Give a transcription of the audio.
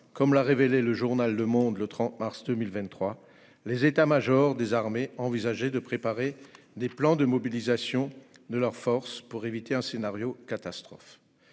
également révélé le 30 mars dernier que les états-majors des armées envisageaient de préparer des plans de mobilisation de leurs forces pour éviter un scénario catastrophe.